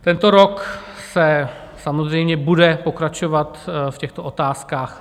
Tento rok se samozřejmě bude pokračovat v těchto otázkách.